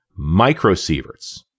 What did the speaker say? microsieverts